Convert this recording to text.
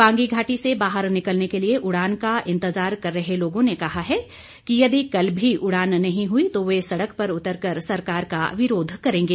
पांगी घाटी से बाहर निकलने को लिए उड़ान का इंतजार कर रहे लोगों ने कहा है यदि कल भी उड़ान नही हुई तो वह सड़क पर उतर कर सरकार का विरोध करेंगे